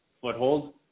foothold